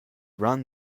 run